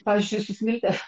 pavyzdžiui su smilte